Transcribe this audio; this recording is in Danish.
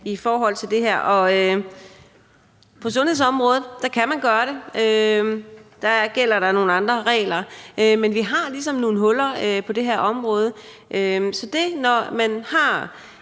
i forhold til det her, og på sundhedsområdet kan man gøre det. Dér gælder der nogle andre regler. Men vi har ligesom nogle huller på det her område. Når der er en